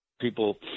people –